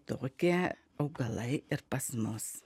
tokie augalai ir pas mus